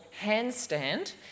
Handstand